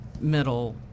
middle